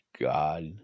God